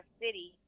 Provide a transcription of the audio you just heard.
city